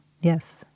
Yes